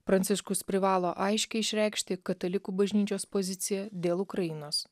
pranciškus privalo aiškiai išreikšti katalikų bažnyčios poziciją dėl ukrainos